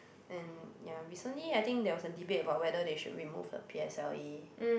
and ya recently I think there was a debate about whether they should remove the p_s_l_e